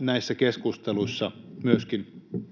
näissä keskusteluissa myöskin